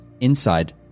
inside